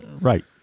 Right